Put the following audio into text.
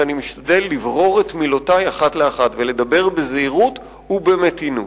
שאני משתדל לברור את מילותי אחת לאחת ולדבר בזהירות ובמתינות.